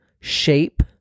shape